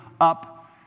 up